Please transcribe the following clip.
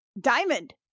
Diamond